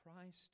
Christ